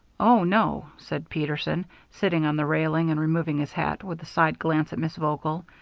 oh, no, said peterson, sitting on the railing and removing his hat, with a side glance at miss vogel,